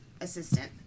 assistant